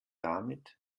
damit